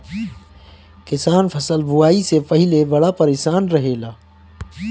किसान फसल बुआई से पहिले बड़ा परेशान रहेला